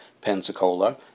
Pensacola